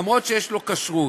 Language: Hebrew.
אף שיש לו כשרות.